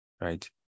right